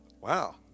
Wow